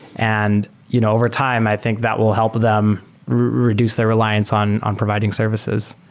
and you know over time, i think that will help them reduce the reliance on on providing services.